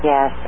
Yes